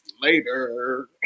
Later